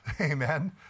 amen